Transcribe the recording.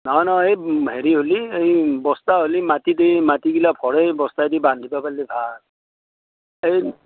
নহয় নহয় এই হেৰি হ'লি এই বস্তা হ'লি মাটি দি মাটিগিলা ভৰাই বস্তাইদি বান্ধিব পাৰিলে ভাল এই